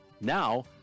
Now